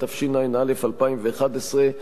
התשע"א 2011,